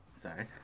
Sorry